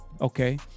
okay